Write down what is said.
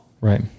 Right